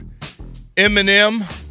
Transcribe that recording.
Eminem